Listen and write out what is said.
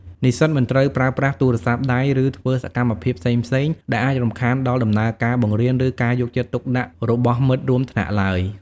និស្សិតមិនត្រូវ ប្រើប្រាស់ទូរស័ព្ទដៃ ឬធ្វើសកម្មភាពផ្សេងៗ ដែលអាចរំខានដល់ដំណើរការបង្រៀន ឬការយកចិត្តទុកដាក់របស់មិត្តរួមថ្នាក់ឡើយ។